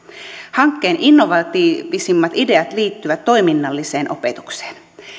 hankkeen innovatiivisimmat ideat liittyvät toiminnalliseen opetukseen